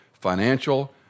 financial